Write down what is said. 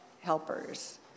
Helpers